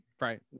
right